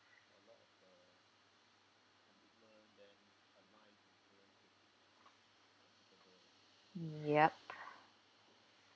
yup